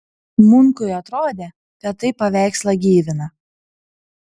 munkui atrodė kad tai paveikslą gyvina